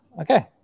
Okay